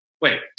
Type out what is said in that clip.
wait